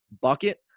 bucket